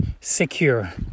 secure